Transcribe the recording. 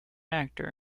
actor